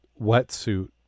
wetsuit